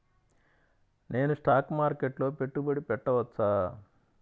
నేను స్టాక్ మార్కెట్లో పెట్టుబడి పెట్టవచ్చా?